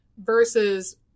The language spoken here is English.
Versus